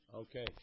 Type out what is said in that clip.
Okay